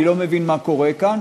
אני לא מבין מה קורה כאן.